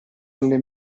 alle